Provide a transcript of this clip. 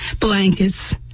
blankets